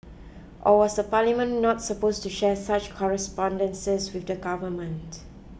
or was the Parliament not supposed to share such correspondences with the government